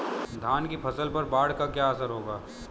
धान की फसल पर बाढ़ का क्या असर होगा?